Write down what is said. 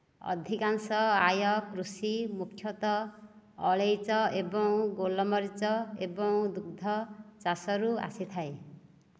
ଅଧିକାଂଶ ଆୟ କୃଷି ମୁଖ୍ୟତଃ ଅଳେଇଚ ଏବଂ ଗୋଲମରିଚ ଏବଂ ଦୁଗ୍ଧ ଚାଷରୁ ଆସିଥାଏ